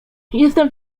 jestem